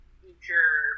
future